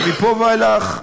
ומפה ואילך,